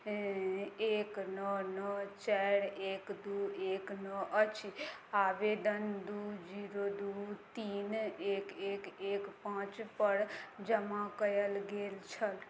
एक नओ नओ चारि एक दुइ एक नओ अछि आवेदन दुइ जीरो दुइ तीन एक एक एक पाँचपर जमा कएल गेल छल